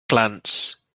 glance